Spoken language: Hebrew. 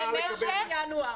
מינואר